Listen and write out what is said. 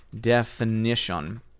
definition